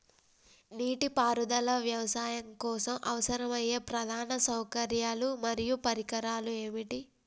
నీటిపారుదల వ్యవసాయం కోసం అవసరమయ్యే ప్రధాన సౌకర్యాలు మరియు పరికరాలు ఏమిటి?